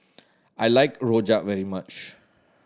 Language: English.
I like rojak very much